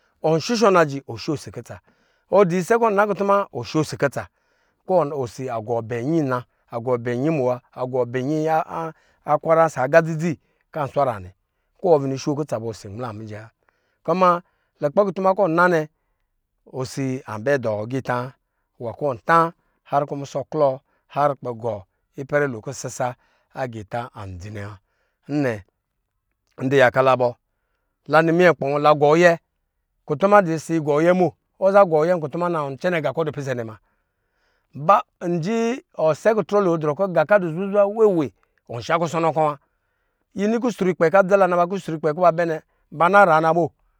Ɔnshushɔ la li ɔnsho osi kutsa ɔdu isɛ kɔ ɔnna kutuma ɔsho osi kutsa kɔ osi a gɔɔ bɛ inyi ina a gɔɔ bɛ inyi muwa a gɔɔ bɛ inyi a kwara ɔsɔ aga dzidzi kɔ answara nɛ kuma lukpɛ kutuma kɔ ɔn na nɛ osi abɛ dɔɔ agita wa kɔ wɔnta har kɔ musɔ klɔ har kpɛ gɔ ipɛrɛ lo kɔ sisa andzi nɛ wa nnɛ ndu yaka la bɔ la ni minyɛ kpɔɔ la gɔɔyɛ kutuma adɔ ɔsɔ igɔ yɛ bo ɔza gɔɔ yɛ nkutum ana ɔnza cɛnɛ nga kɔ ɔdu pisɛ nɛ muna nji sɛkutrɔ lo drɔ kɔ nga kɔ adɔ zwa wee we ɔsh a kusɔnɔ kɔ wa nini kus ru kpɛ kɔ adza la na ba kusrukpɛ kɔ ba bɛ nɛ bana raba na bɔ